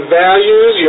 values